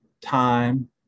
time